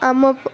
ଆମ ପ